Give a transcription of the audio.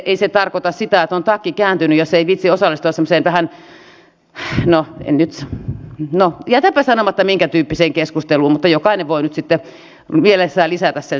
ei se tarkoita sitä että on takki kääntynyt jos ei viitsi osallistua semmoiseen vähän no jätänpä sanomatta minkä tyyppiseen keskusteluun mutta jokainen voi nyt sitten mielessään lisätä sen sanan siihen